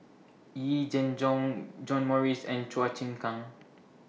Yee Jenn Jong John Morrice and Chua Chim Kang